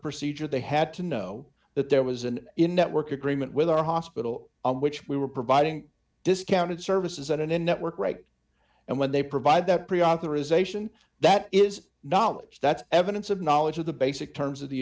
procedure they had to know that there was an in network agreement with our hospital which we were providing discounted services at and in network right and when they provide that pre authorization that is knowledge that's evidence of knowledge of the basic terms of the